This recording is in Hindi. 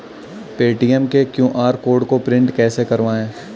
पेटीएम के क्यू.आर कोड को प्रिंट कैसे करवाएँ?